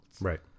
Right